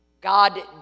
God